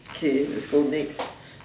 okay lets go next